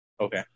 okay